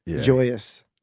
joyous